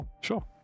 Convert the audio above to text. sure